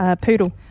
poodle